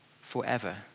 forever